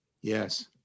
Yes